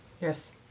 Yes